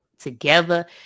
together